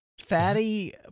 Fatty